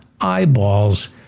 eyeballs